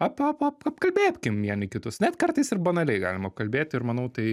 ap ap ap apkalbėpkim vieni kitus net kartais ir banaliai galima apkalbėti ir manau tai